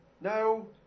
No